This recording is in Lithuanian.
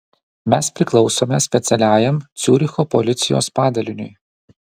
mes priklausome specialiajam ciuricho policijos padaliniui